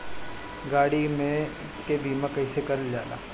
गाड़ी के बीमा कईसे करल जाला?